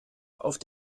auf